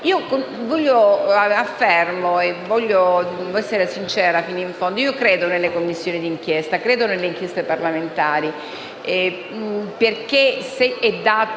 Voglio essere sincera fino in fondo: io credo nelle Commissioni d'inchiesta, credo nelle inchieste parlamentari, perché il singolo